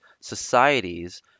societies